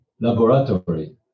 laboratory